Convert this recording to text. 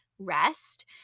Rest